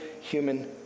human